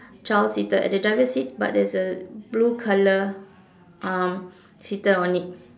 child seater at the driver seat but there is a blue color um seater on it